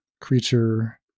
Creature